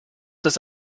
das